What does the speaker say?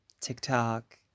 TikTok